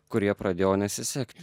kurie pradėjo nesisekti